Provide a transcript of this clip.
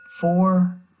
Four